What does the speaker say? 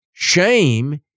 Shame